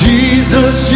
Jesus